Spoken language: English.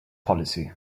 policy